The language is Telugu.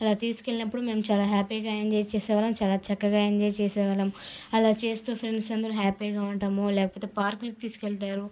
అలా తీసుకెళ్లినప్పుడు మేము చాలా హ్యాపీగా ఎంజాయ్ చేసేవాళ్లం చాలా చక్కగా ఎంజాయ్ చేసేవాళ్లం అలా చేస్తూ ఫ్రెండ్స్ అందరం హ్యాపీగా ఉంటాము లేకపోతే పార్కులకు తీసుకవెళ్తారు